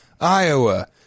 iowa